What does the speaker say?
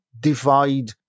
divide